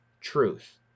truth